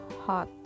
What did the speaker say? hot